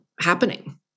happening